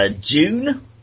June